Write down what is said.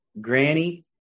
granny